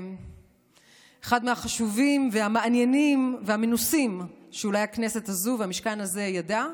אחד מהחשובים והמעניינים והמנוסים שאולי הכנסת הזו והמשכן הזה ידעו,